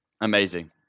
Amazing